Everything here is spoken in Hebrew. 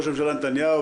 ראש הממשלה נתניהו,